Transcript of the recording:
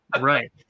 right